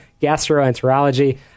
gastroenterology